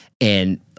and-